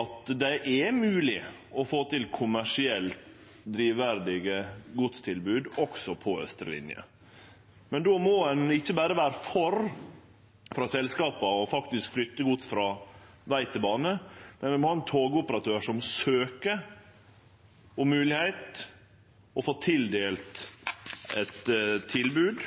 at det er mogleg å få til kommersielt drivverdige godstilbod også på austre linje. Men då må ein ikkje berre vere for at selskapa faktisk flyttar gods over frå veg til bane. Ein må ha ein togoperatør som søkjer om moglegheit til å få tildelt eit tilbod,